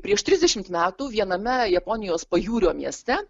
prieš trisdešimt metų viename japonijos pajūrio mieste